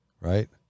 right